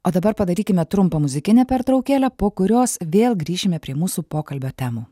o dabar padarykime trumpą muzikinę pertraukėlę po kurios vėl grįšime prie mūsų pokalbio temų